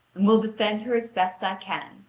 and will defend her as best i can,